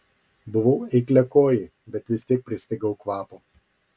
buvau eikliakojė bet vis tiek pristigau kvapo